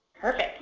Perfect